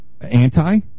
Anti